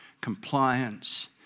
compliance